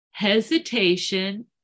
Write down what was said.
hesitation